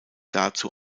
dazu